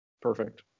perfect